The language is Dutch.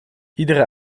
iedere